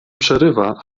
przerywa